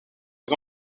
les